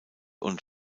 und